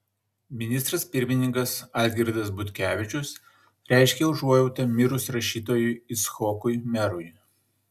ministras pirmininkas algirdas butkevičius reiškia užuojautą mirus rašytojui icchokui merui